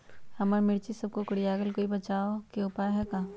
हमर मिर्ची सब कोकररिया गेल कोई बचाव के उपाय है का?